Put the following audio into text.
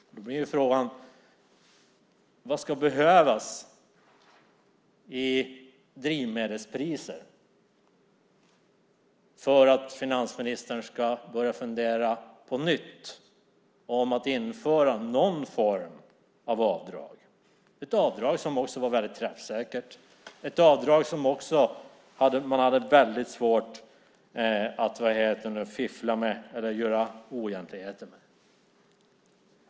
Därför blir frågan: Hur höga ska drivmedelspriserna behöva vara för att finansministern på nytt ska börja fundera på att införa någon form av avdrag? Det avdrag vi hade var träffsäkert och svårt att fiffla med, svårt att göra oegentligheter med.